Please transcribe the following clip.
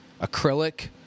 Acrylic